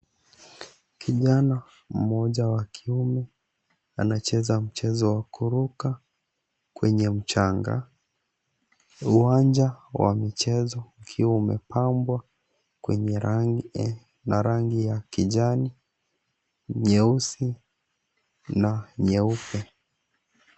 Kijana mmoja wa kiume anacheza mchezo wa kuruka kwenye mchanga. Uwanja wa michezo ukiwa umepambwa kwenye rangi na rangi ya kijani, nyeusi na nyeupe.